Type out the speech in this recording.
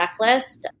checklist